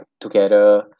together